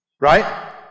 Right